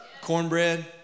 Cornbread